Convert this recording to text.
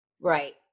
Right